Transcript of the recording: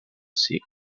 siglo